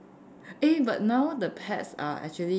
eh but now the pets are actually